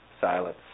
Silence